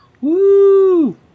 Woo